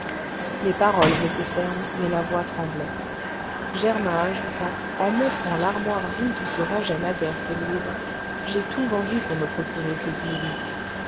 les paroles étaient fermes mais la voix tremblait germain ajouta en montrant l'armoire vide où se rangeaient naguère ses livres j'ai tout vendu pour me procurer ces dix louis